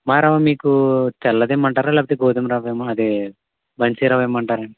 ఉప్మా రవ్వ మీకు తెల్లది ఇమ్మంటారా లేకపోతె గోధుమ రవ్వ అదే బన్సీ రవ్వ ఇమ్మంటారా